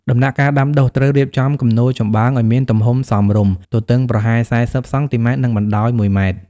ដំណាក់កាលដាំដុះ ត្រូវរៀបចំគំនរចំបើងឲ្យមានទំហំសមរម្យ (ទទឹងប្រហែល ៤០ សង់ទីម៉ែត្រ និងបណ្ដោយ ១ ម៉ែត្រ)។